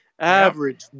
average